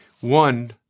One